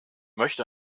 möchte